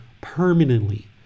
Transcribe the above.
permanently